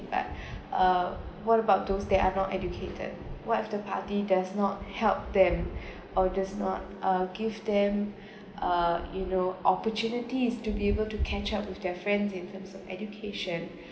but uh what about those that are not educated what if the party does not help them or just not uh give them uh you know opportunities to be able to catch up with their friends in terms of education